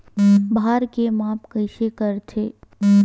भार के माप कइसे करथे?